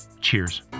cheers